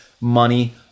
money